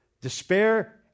despair